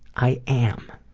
i am.